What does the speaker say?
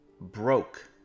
broke